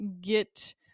get